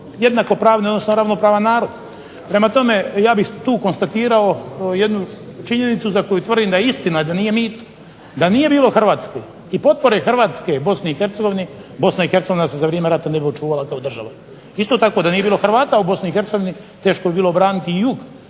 sada Hrvati najmanje ravnopravan narod. Prema tome, ja bih tu konstatirao jednu činjenicu za koju tvrdim da je istina, da nije mit, da nije bilo HRvatske i potpore Hrvatske BiH, BiH se za vrijeme rata ne bi očuvala kao država. Isto tako da nije bilo Hrvata u BiH teško bi bilo obraniti jug